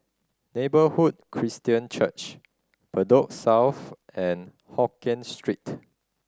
Neighbourhood Christian Church Bedok South and Hokien Street